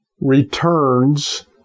returns